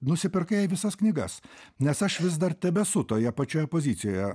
nusipirkai visas knygas nes aš vis dar tebesu toje pačioje pozicijoje